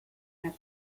had